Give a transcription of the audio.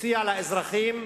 הציע לאזרחים